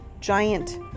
giant